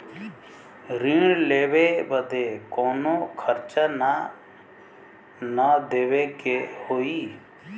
ऋण लेवे बदे कउनो खर्चा ना न देवे के होई?